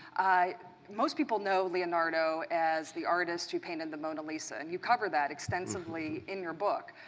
most people know leonardo as the artist who pained and the mona lisa. and you cover that extensively in your book.